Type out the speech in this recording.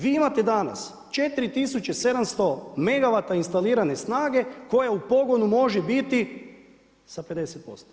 Vi imate danas 4700 megavata instalirane snage koja u pogonu može biti sa 50%